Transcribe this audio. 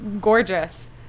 gorgeous